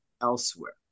elsewhere